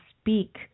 speak